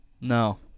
No